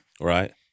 Right